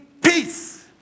peace